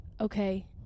okay